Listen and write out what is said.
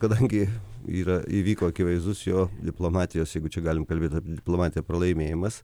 kadangi yra įvyko akivaizdus jo diplomatijos jeigu čia galim kalbėt apie diplomatiją pralaimėjimas